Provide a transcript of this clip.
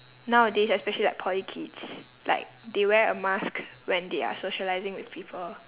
nowadays especially like poly kids like they wear a mask when they are socialising with people